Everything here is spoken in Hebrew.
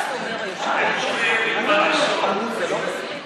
זה לא בסדר?